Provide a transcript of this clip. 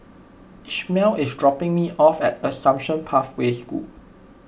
Ishmael is dropping me off at Assumption Pathway School